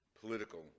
political